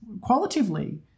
qualitatively